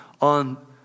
on